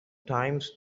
times